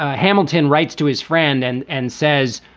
ah hamilton writes to his friend and and says,